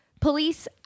Police